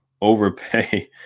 overpay